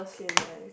okay nice